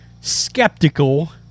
skeptical